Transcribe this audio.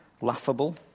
laughable